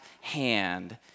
hand